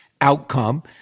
outcome